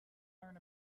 learn